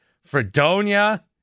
Fredonia